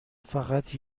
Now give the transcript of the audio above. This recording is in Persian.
فقط